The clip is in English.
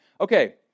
okay